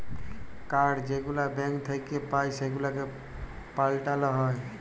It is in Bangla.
কাড় যেগুলা ব্যাংক থ্যাইকে পাই সেগুলাকে পাল্টাল যায়